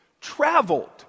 traveled